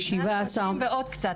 130 ועוד קצת.